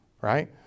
right